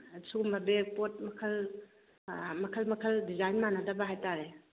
ꯑꯁꯤꯒꯨꯝꯕ ꯕꯦꯒ ꯄꯣꯠ ꯃꯈꯜ ꯑꯥ ꯃꯈꯜ ꯃꯈꯜ ꯗꯤꯖꯥꯏꯟ ꯃꯥꯟꯅꯗꯕ ꯍꯥꯏꯕꯇꯥꯔꯦ